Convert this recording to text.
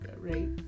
right